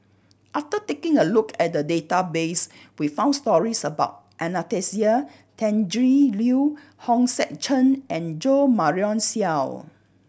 after taking a look at the database we found stories about Anastasia Tjendri Liew Hong Sek Chern and Jo Marion Seow